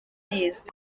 rizwi